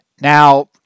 Now